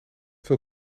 veel